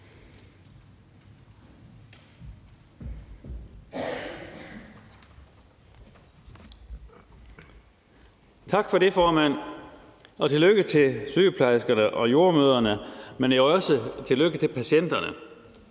Tak for det, formand, og tillykke til sygeplejerskerne og jordemødrene, men jo også tillykke til patienterne.